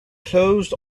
closed